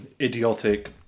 idiotic